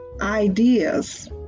ideas